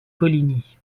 coligny